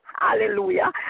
hallelujah